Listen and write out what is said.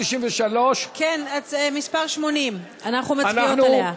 כן, מס' 80. אנחנו מצביעות עליה.